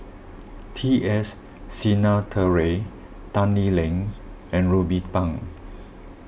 T S Sinnathuray Tan Lee Leng and Ruben Pang